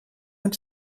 und